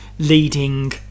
Leading